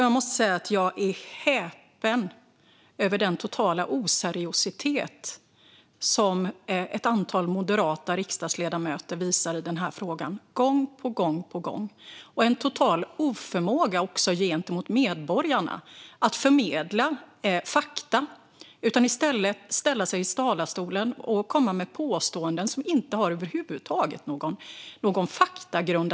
Jag måste säga att jag är häpen över den totala oseriositet som ett antal moderata riksdagsledamöter visar i denna fråga, gång på gång. Man visar också gentemot medborgarna en total oförmåga att förmedla fakta. I stället ställer man sig i talarstolen och kommer med påståenden som över huvud taget inte har någon faktagrund.